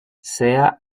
sea